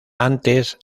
antes